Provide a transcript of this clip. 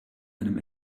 einem